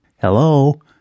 Hello